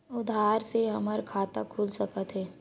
आधार से हमर खाता खुल सकत हे?